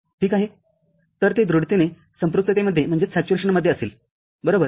ठीक आहे तर ते दृढतेने संपृक्ततेमध्ये असेल बरोबर